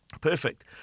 perfect